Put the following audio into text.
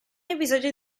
episodio